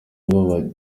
nibo